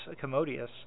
commodious